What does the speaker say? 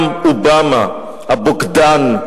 גם אובמה הבוגדן,